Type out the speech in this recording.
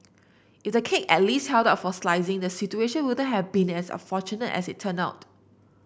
if the cake at least held up for slicing the situation wouldn't have been as unfortunate as it turned out